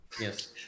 Yes